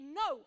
no